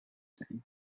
thing